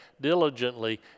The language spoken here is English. diligently